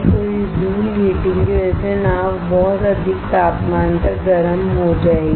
तो इस joule heating की वजह से नाव बहुत अधिक तापमान तक गर्म हो जाएगी